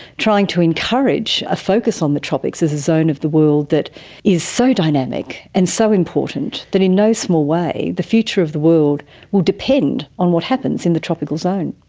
trying to encourage a focus on the tropics as a zone of the world that is so dynamic and so important that in no small way the future of the world will depend on what happens in the tropical zone.